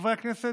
חברי הכנסת,